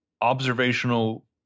observational